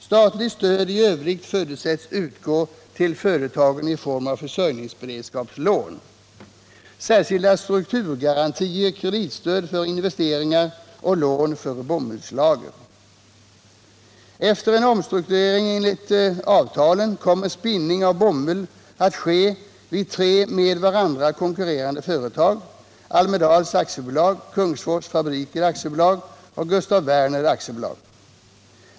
Statligt stöd i övrigt förutsätts utgå till företagen i form av försörjningsberedskapslån, särskilda strukturgarantier, kreditstöd för investeringar och lån för bomullslager. Efter en omstrukturering enligt avtalen kommer spinning av bomull att ske vid tre med varandra konkurrerande företag —- Almedahls AB, Kungsfors fabriker AB och Gustaf Werner AB.